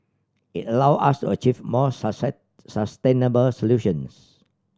it allow us achieve more sustainable solutions